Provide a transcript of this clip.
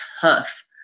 tough